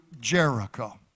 Jericho